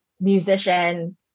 musician